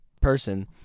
person